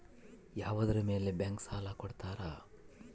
ಯಾವುದರ ಮೇಲೆ ಬ್ಯಾಂಕ್ ಸಾಲ ಕೊಡ್ತಾರ?